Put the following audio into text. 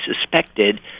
suspected